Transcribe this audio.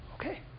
Okay